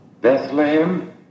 Bethlehem